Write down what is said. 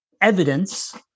evidence